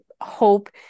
hope